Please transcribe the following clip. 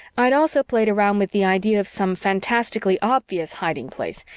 i'd also played around with the idea of some fantastically obvious hiding place,